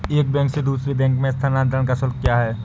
एक बैंक से दूसरे बैंक में स्थानांतरण का शुल्क क्या है?